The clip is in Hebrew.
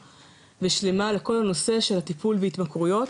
ושלמה לכל הנושא של טיפול בהתמכרויות,